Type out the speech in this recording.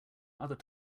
other